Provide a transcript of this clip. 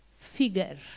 figure